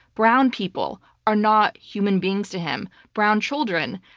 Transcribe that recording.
brown people are not human beings to him. brown children,